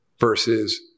versus